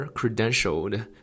credentialed